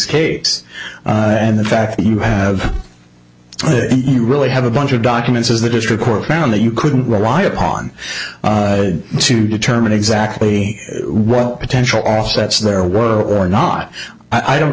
case and the fact that you have you really have a bunch of documents as the district court found that you couldn't rely upon to determine exactly what potential offsets there were or not i don't